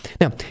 Now